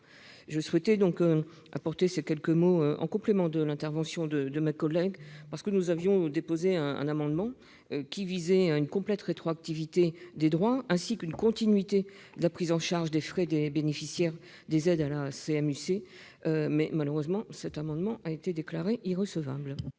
Je souhaitais apporter ces quelques précisions en complément de l'intervention de mon collègue, car nous avions déposé un amendement qui visait à garantir une complète rétroactivité des droits ainsi qu'une continuité de la prise en charge des frais des bénéficiaires des aides à la CMU-C, mais, malheureusement, celui-ci a été déclaré irrecevable.